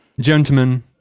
Gentlemen